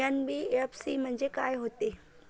NBFC म्हणजे का होते?